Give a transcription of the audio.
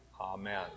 Amen